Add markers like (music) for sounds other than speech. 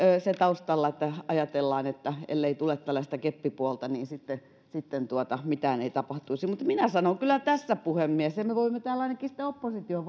tässähän on taustalla se että ajatellaan että ellei tule tällaista keppipuolta niin sitten sitten mitään ei tapahtuisi mutta minä sanon kyllä tässä puhemies ja me me voimme täällä ainakin sitten opposition (unintelligible)